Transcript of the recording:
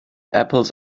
apples